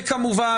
כמובן,